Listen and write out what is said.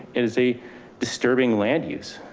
and is a disturbing land use.